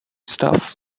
stuff